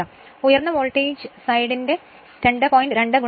അതിനാൽ ഉയർന്ന വോൾട്ടേജ് വശം വോൾട്ടേജിന്റെ 2